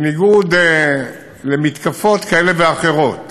בניגוד למתקפות כאלה ואחרות,